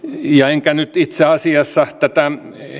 enkä nyt itse asiassa tätä